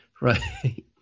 right